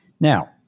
Now